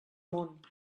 món